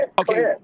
Okay